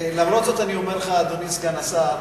למרות זאת אני אומר לך, אדוני סגן השר,